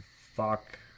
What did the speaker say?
Fuck